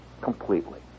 completely